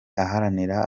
aharanira